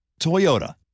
Toyota